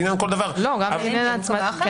לעניין כל דבר --- גם לעניין ההצמדה.